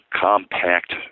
compact